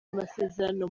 amasezerano